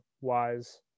wise